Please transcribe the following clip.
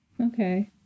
Okay